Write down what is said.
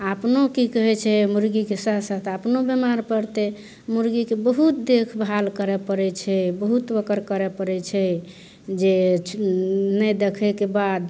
अपनो कि कहै छै मुर्गीके साथ साथ अपनो बेमार पड़तै मुर्गीके बहुत देखभाल करऽ पड़ैत छै बहुत ओकर करऽ पड़ैत छै जे नहि देखैके बाद